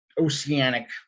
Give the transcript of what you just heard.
Oceanic